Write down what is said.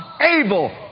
able